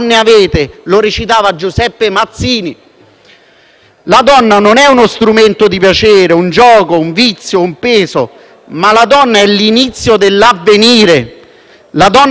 La donna non è uno strumento di piacere, un gioco, un vizio, un peso. La donna è l'inizio dell'avvenire. La donna siete tutte voi, senatrici che onorate quest'Aula.